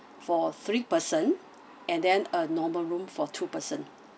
for three person and then a normal room for two person